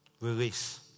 release